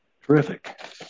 Terrific